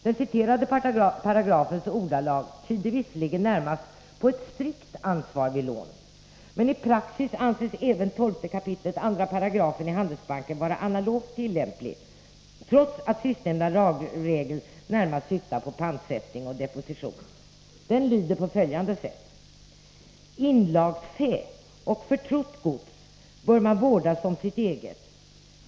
Den citerade paragrafens ordalag yder visserligen närmast på ett strikt ansvar vid lån. Men i praxis anses även 12 kap. 2 § handelsbalken vara analogt tillämplig trots att sistnämnda lagregel närmast syftar på pantsättning och deposition. Den lyder på följande sätt: ”Inlagsfä, och förtrott gods, bör man vårda som sitt eget.